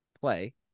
play